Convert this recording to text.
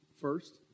First